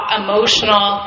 emotional